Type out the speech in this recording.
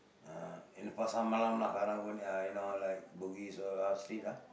uh in the Pasar-Malam lah karang-guni uh you know like Bugis or out street ah